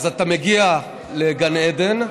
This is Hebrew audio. אז אתה מגיע לגן עדן,